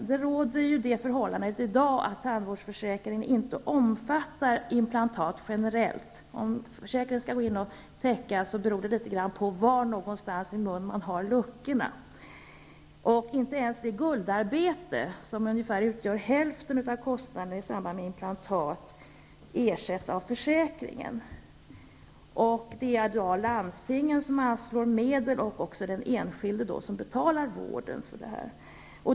I dag råder det förhållandet att tandvårdsförsäkringen inte omfattar implantat generellt. Om försäkringen skall gå in och täcka beror litet grand på var någonstans i munnen man har luckorna. Inte ens det guldarbete som utgör ungefär hälften av kostnaderna i samband med implantat ersätts av försäkringen. Det är i dag landstingen som anslår medel eller också får den enskilde betala vården själv.